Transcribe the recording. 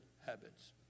habits